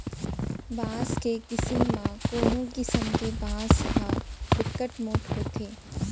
बांस के किसम म कोनो किसम के बांस ह बिकट मोठ होथे